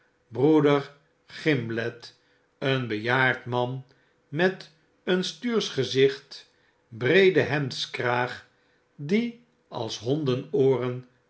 broeder gimblet een bejaard man met een stuursch gezicht breedea hemdskraag die als